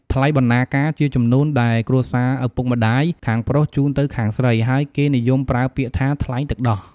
ថ្លៃបណ្ណាការជាជំនូនដែលគ្រួសារឪពុកម្ដាយខាងប្រុសជូនទៅខាងស្រី ហើយគេនិយមប្រើពាក្យថា«ថ្លៃទឹកដោះ»។